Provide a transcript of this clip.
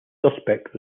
suspect